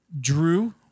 Drew